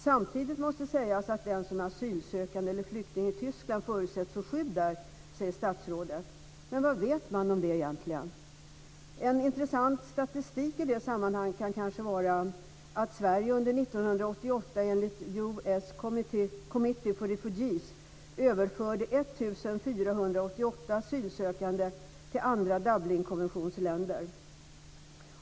"Samtidigt måste sägas att den som är asylsökande eller flykting i Tyskland förutsätts få skydd av staten där", säger statsrådet. Men vad vet man om det egentligen? En intressant statistik i det sammanhanget kan kanske vara att Sverige under 1988 enligt U.S. Committee for Refugees överförde 1 488 asylsökande till andra Dublinkonventionsländer.